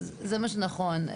זה מה שנכון.